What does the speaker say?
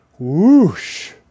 whoosh